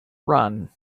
run